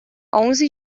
onze